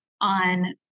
on